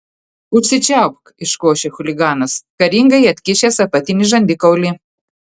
užsičiaupk iškošė chuliganas karingai atkišęs apatinį žandikaulį